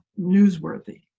newsworthy